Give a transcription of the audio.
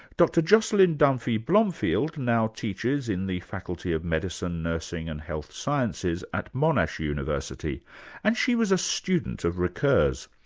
dr jocelyn dunphy-blomfield now teaches in the faculty of medicine, nursing and health sciences at monash university and she was a student of ricoeur's.